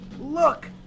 Look